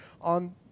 on